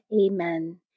Amen